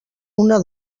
una